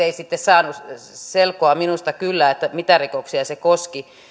ei sitten saanut selkoa minusta kyllä mitä rikoksia se koski